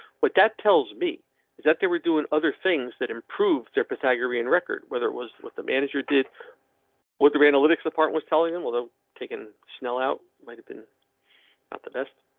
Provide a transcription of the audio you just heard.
what that tells me is that they were doing other things that improve their pythagorean record. whether it was with the manager did with their analytics apart was telling him, although taken smell out might have been out the best.